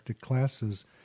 classes